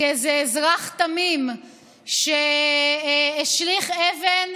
כאיזה אזרח תמים שהשליך אבן.